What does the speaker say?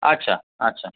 अच्छा अच्छा